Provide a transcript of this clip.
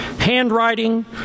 handwriting